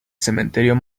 cementerio